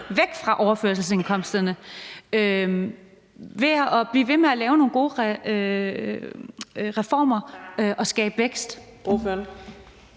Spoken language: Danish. væk fra overførselsindkomsterne, ved at blive ved med at lave nogle gode reformer og skabe vækst?